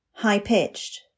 High-pitched